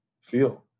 feel